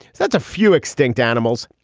that's a few extinct animals.